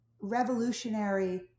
revolutionary